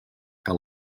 que